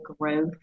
growth